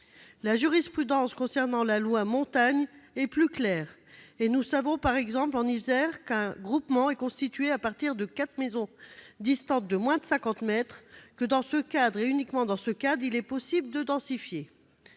La jurisprudence concernant la loi Montagne est plus claire. Nous savons, par exemple en Isère, qu'un groupement est constitué à partir de quatre maisons distantes de moins de cinquante mètres, et que dans ce cadre, et uniquement dans ce cas, il est possible de densifier.